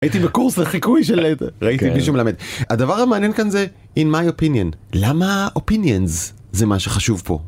הייתי בקורס לחיקוי של ראיתי מישהו מלמד הדבר המעניין כאן זה in my opinion למה opinions זה מה שחשוב פה.